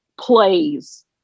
plays